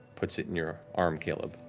puts it in your arm, caleb,